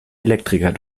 elektriker